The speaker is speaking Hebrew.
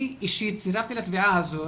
אני אישית צירפתי לתביעה הזאת